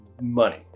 money